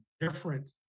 different